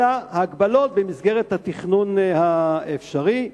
אלא הגבלות במסגרת התכנון האפשרי.